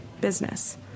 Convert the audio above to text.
business